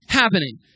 happening